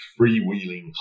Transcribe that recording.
freewheeling